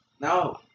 No